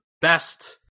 best